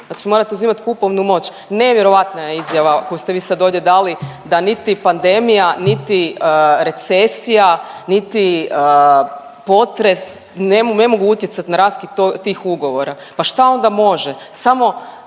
znači morate uzimati kupovnu moć. Nevjerojatna je izjava koju ste vi sad ovdje dali da niti pandemija, niti recesija, niti potres ne mogu utjecati na raskid tih ugovora, pa šta onda može?